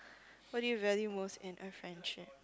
what do you value most in a friendship